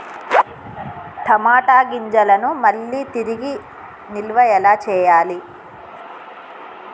టమాట గింజలను మళ్ళీ తిరిగి నిల్వ ఎలా చేయాలి?